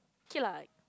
okay lah